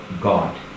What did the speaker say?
God